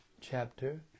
chapter